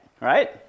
Right